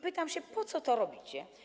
Pytam się: Po co to robicie?